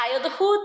childhood